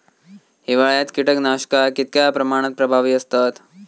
हिवाळ्यात कीटकनाशका कीतक्या प्रमाणात प्रभावी असतत?